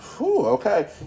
okay